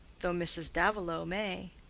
though mrs. davilow may.